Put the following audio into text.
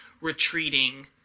retreating